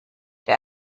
der